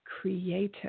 creative